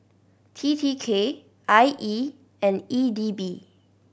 T T K I E and E D B